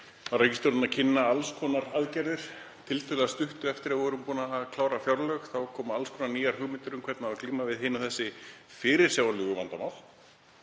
var ríkisstjórnin að kynna alls konar aðgerðir tiltölulega stuttu eftir að við vorum búin að klára fjárlög. Þá komu alls konar nýjar hugmyndir um hvernig ætti að glíma við hin og þessi fyrirsjáanlegu vandamál.